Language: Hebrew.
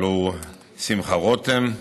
הלוא הוא שמחה רותם,